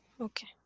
Okay